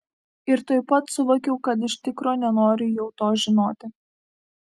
ir tuoj pat suvokiau kad iš tikro nenoriu jau to žinoti